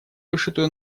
вышитую